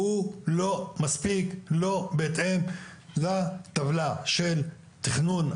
הוא לא מספיק בהתאם לטבלה של תכנון.